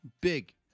Big